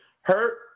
hurt